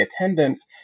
attendance